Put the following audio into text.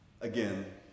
again